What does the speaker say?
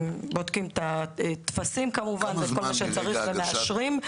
בודקים את הטפסים ואת כל מה שצריך ומאשרים.